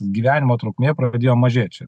gyvenimo trukmė pradėjo mažėt čia